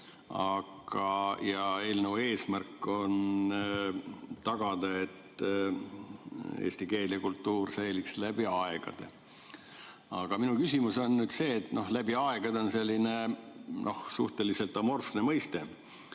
Eelnõu eesmärk on tagada, et eesti keel ja kultuur säiliks läbi aegade. Aga minu küsimus on, et "läbi aegade" on selline suhteliselt amorfne mõiste.